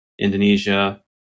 Indonesia